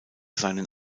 seinen